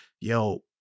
Yo